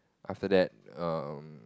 after that um